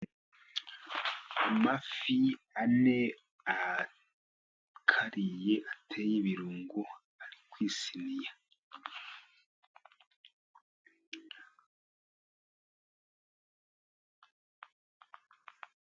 Amafi ane akaranze ateye ibirungo ari ku isiniya.